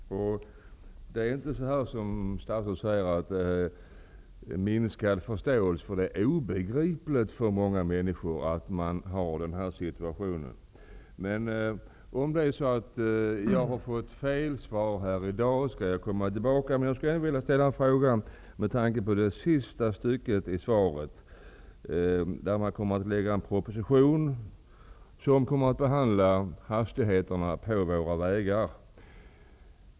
Det är inte som statsrådet säger att det är fråga om minskad förståelse, utan det är obegripligt för många människor att denna situation råder. Men om jag har fått fel svar här i dag kommer jag att återkomma i denna fråga. Jag skulle ändå vilja ställa en fråga med tanke på det sista statsrådet sade i sitt svar, nämligen att en proposition skall läggas fram som skall behandla frågan om hastigheterna på våra vägar.